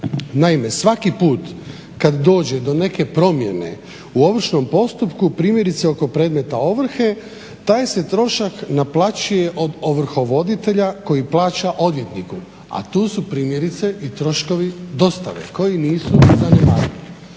Naime, svaki put kada dođe do neke promjene u ovršnom postupku primjerice oko predmeta ovrhe taj se trošak naplaćuje od ovrhovoditelja koji plaća odvjetniku, a tu su primjerice i troškovi dostave koji nisu zanemarivi.